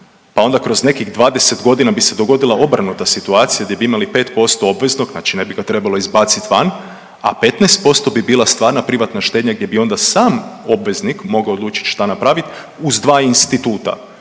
pa onda kroz nekih 20 godina bi se dogodila obrnuta situacija gdje bi imali 5% obveznog, znači ne bi ga trebalo izbaciti van, a 15% bi bila stvarna privatna štednja gdje bi onda sam obveznik mogao odlučiti šta napraviti uz dva instituta.